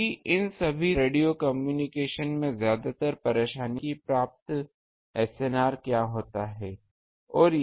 क्योंकि इन सभी सामान्य रेडियो कम्युनिकेशन में ज्यादातर परेशान इसलिए होते हैं कि प्राप्त SNR क्या होता है